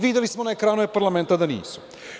Videli smo na ekranu e-parlamenta da nisu.